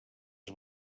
les